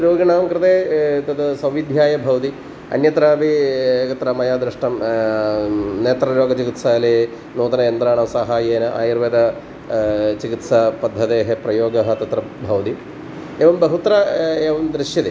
रोगिणां कृते तद् सौविध्याय भवति अन्यत्रापि एकत्र मया दृष्टं नेत्ररोगचिकित्सालये नूतनयन्त्राणां सहाय्येन आयुर्वेद चिकित्सापद्धतेः प्रयोगः तत्र भवति एवं बहुत्र एवं दृश्यते